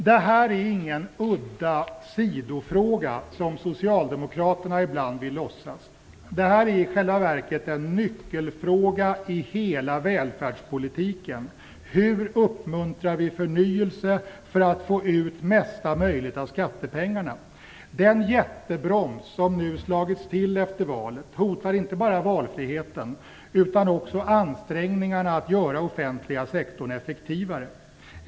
Det här är ingen udda sidofråga, vilket socialdemokraterna ibland vill låtsas. Det här är i själva verket en nyckelfråga i hela välfärdspolitiken. Hur uppmuntrar vi förnyelse för att få ut mesta möjliga resultat av skattepengarna? Den jättebroms som nu har slagits till efter valet hotar inte bara valfriheten utan också ansträngningarna att göra den offentliga sektorn effektivare.